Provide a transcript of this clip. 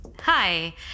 hi